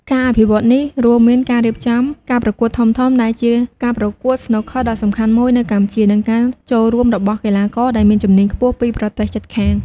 ការអភិវឌ្ឍន៍នេះរួមមានការរៀបចំការប្រកួតធំៗដែលជាការប្រកួតស្នូកឃ័រដ៏សំខាន់មួយនៅកម្ពុជា និងការចូលរួមរបស់កីឡាករដែលមានជំនាញខ្ពស់ពីប្រទេសជិតខាង។